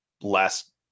last